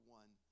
one